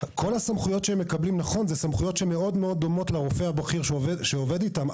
כל הסמכויות שהם מקבלים הן סמכויות שמאוד דומות לרופא הבכיר שעובד איתם,